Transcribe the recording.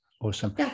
Awesome